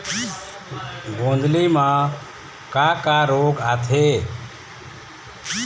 गोंदली म का का रोग आथे?